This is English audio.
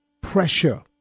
Pressure